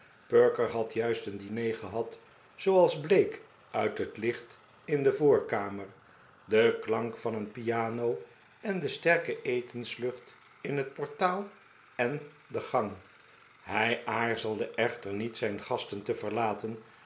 perker had juist een diner gehad zooals bleek uit'het licht in de voorkamer den klank van een piano eh de sterke etenslucht in het portaal en de gang hij aarzelde echter niet zijn gasten te verlaten